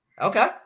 Okay